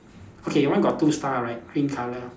okay your one got two star right green colour